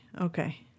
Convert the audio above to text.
Okay